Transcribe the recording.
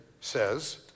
says